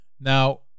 Now